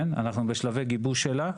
אנחנו בשלבי גיבוש שלה,